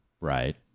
Right